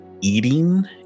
eating